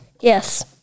yes